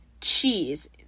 cheese